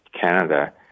Canada